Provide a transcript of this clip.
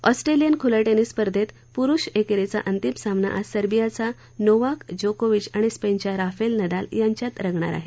Australian खुल्या tennis स्पर्धेत पुरुष एकेरीचा अतिम सामना आज सर्वियाचा नोवाक जोकोविच आणि स्पेनच्या राफेल नडाल यांच्यात रंगणार आहे